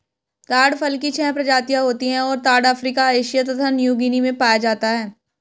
ताड़ फल की छह प्रजातियाँ होती हैं और ताड़ अफ्रीका एशिया तथा न्यूगीनी में पाया जाता है